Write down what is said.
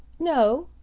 no,